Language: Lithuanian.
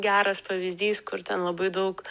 geras pavyzdys kur ten labai daug